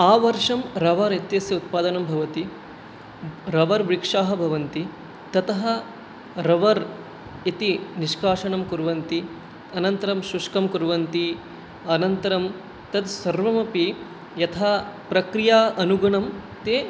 आवर्षं रवर् इत्यस्य उत्पादनं भवति रवर् वृक्षाः भवन्ति ततः रवर् इति निष्कासनं कुर्वन्ति अनन्तरं शुष्कं कुर्वन्ति अनन्तरं तत्सर्वमपि यथा प्रक्रिया अनुगुणं ते